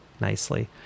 nicely